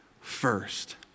first